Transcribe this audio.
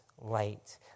light